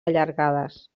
allargades